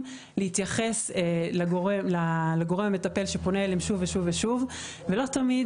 להתייחס לגורם המטפל שפונה אליהם שוב ושוב ושוב ולא תמיד